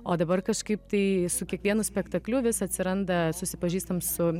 o dabar kažkaip tai su kiekvienu spektakliu vis atsiranda susipažįstam su